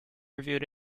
reviewed